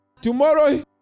Tomorrow